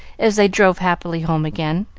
as they drove happily home again.